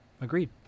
agreed